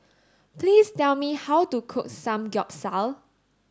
please tell me how to cook Samgyeopsal